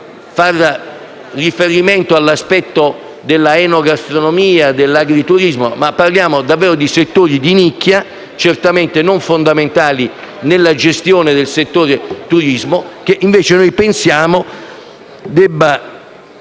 farvi riferimento - che esistono l'enogastronomia e l'agriturismo, ma parliamo davvero di settori di nicchia, certamente non fondamentali nella gestione del turismo, che invece pensiamo debba